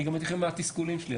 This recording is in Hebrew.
אני גם אגיד לכם מה התסכולים שלי,